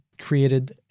created